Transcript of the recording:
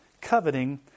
coveting